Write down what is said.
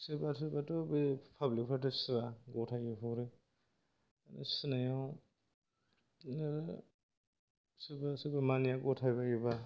सोरबा सोरबाथ' बे पाब्लिक फ्राथ' सुआ गथायैनो हरो सुनायाव बिदिनो सोरबा सोरबा मालाया गथा बायोबा